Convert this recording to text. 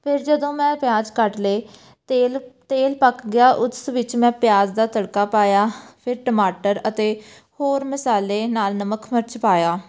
ਫਿਰ ਜਦੋਂ ਮੈਂ ਪਿਆਜ ਕੱਟ ਲਏ ਤੇਲ ਤੇਲ ਪੱਕ ਗਿਆ ਉਸ ਵਿੱਚ ਮੈਂ ਪਿਆਜ ਦਾ ਤੜਕਾ ਪਾਇਆ ਫਿਰ ਟਮਾਟਰ ਅਤੇ ਹੋਰ ਮਸਾਲੇ ਨਾਲ ਨਮਕ ਮਿਰਚ ਪਾਇਆ